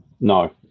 No